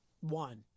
One